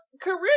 career